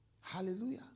Hallelujah